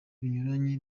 binyuranye